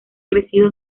crecido